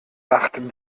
acht